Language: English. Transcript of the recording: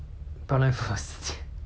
is it that's why 我跟你讲 like